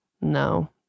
no